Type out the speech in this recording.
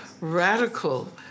radical